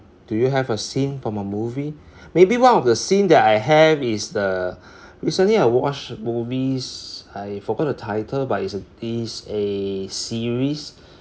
do you have a scene from a movie maybe one of the scene that I have is the recently I watch movies I forgot the title but it's a it's a series